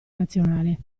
nazionale